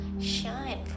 shine